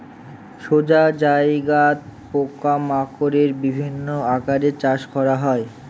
সোজা জায়গাত পোকা মাকড়ের বিভিন্ন আকারে চাষ করা হয়